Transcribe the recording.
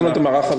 על ה-Mute.